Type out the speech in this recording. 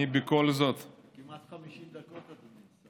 אני בכל זאת, כמעט 50 דקות, אדוני השר.